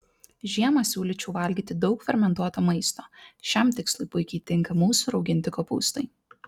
žiemą siūlyčiau valgyti daug fermentuoto maisto šiam tikslui puikiai tinka mūsų rauginti kopūstai